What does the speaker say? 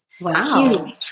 wow